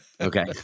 okay